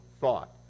thought